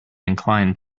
inclined